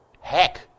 Heck